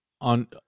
on